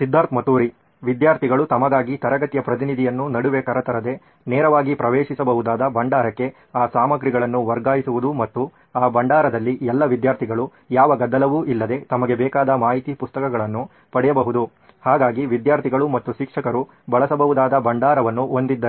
ಸಿದ್ಧಾರ್ಥ್ ಮತುರಿ ವಿದ್ಯಾರ್ಥಿಗಳು ತಮಗಾಗಿ ತರಗತಿಯ ಪ್ರತಿನಿಧಿಯನ್ನು ನಡುವೆ ಕರತರದೆ ನೇರವಾಗಿ ಪ್ರವೇಶಿಸಬಹುದಾದ ಭಂಡಾರಕ್ಕೆ ಆ ಸಾಮಗ್ರಿಗಳನ್ನು ವರ್ಗಾಯಿಸುವುದು ಮತ್ತು ಆ ಭಂಡಾರದಲ್ಲಿ ಎಲ್ಲ ವಿದ್ಯಾರ್ಥಿಗಳು ಯಾವ ಗದ್ದಲವು ಇಲ್ಲದೆ ತಮಗೆ ಬೇಕಾದ ಮಾಹಿತಿ ಪುಸ್ತಕಗಳನ್ನು ಪಡೆಯಬಹುದು ಹಾಗಾಗಿ ವಿದ್ಯಾರ್ಥಿಗಳು ಮತ್ತು ಶಿಕ್ಷಕರು ಬಳಸಬಹುದಾದ ಭಂಡಾರವನ್ನು ಹೊಂದಿದ್ದರೆ